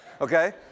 okay